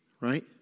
right